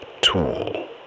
tool